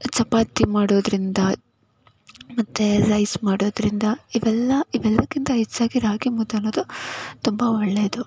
ಚಪಾತಿ ಮಾಡೋದರಿಂದ ಮತ್ತು ರೈಸ್ ಮಾಡೋದರಿಂದ ಇವೆಲ್ಲ ಇವೆಲ್ಲಕ್ಕಿಂತ ಹೆಚ್ಚಾಗಿ ರಾಗಿಮುದ್ದೆ ಅನ್ನೋದು ತುಂಬ ಒಳ್ಳೆಯದು